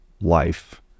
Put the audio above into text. life